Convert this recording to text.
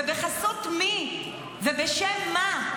ובחסות מי ובשם מה?